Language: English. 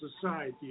society